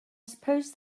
suppose